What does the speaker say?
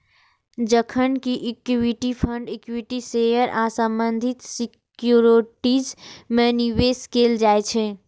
जखन कि equity fund equity share आ संबंधित सिक्योरिटीज मे निवेश कैल जाइ छै